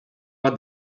bat